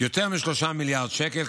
יותר מ-3 מיליארד שקל.